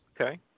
Okay